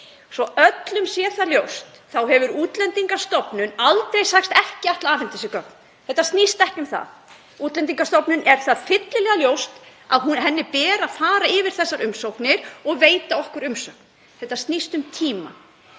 Svo að öllum sé það ljóst þá hefur Útlendingastofnun aldrei sagst ekki ætla að afhenda þessi gögn. Þetta snýst ekki um það. Útlendingastofnun er það fyllilega ljóst að henni ber að fara yfir þessar umsóknir og veita okkur umsögn. Þetta snýst um tíma.